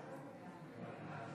זאת אומרת,